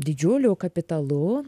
didžiuliu kapitalu